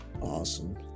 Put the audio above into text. Awesome